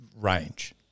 range